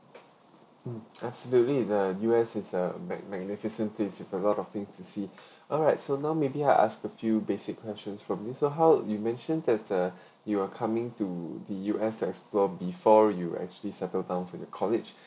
mm actually the U_S is a mag~ magnificent things with a lot of things to see alright so now maybe I ask a few basic questions from you so how you mentioned that uh you are coming to the U_S explore before you actually settled down from the college